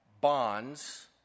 bonds